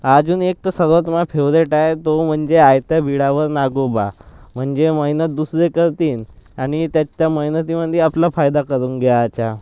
अजून एक तर सर्वात माझा फेवरेट आहे तो म्हणजे आयत्या बिळावर नागोबा म्हणजे मेहनत दुसरे करतीन आणि त्याच् त्या मेहनतीमध्ये आपला फायदा करून घ्यायचा